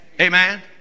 Amen